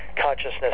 consciousness